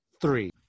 Three